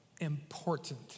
important